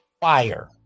Fire